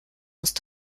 musst